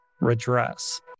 redress